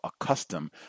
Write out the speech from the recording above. accustomed